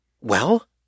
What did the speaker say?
Well